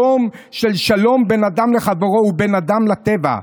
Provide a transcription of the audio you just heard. יום של שלום בין אדם לחברו ובין אדם לטבע,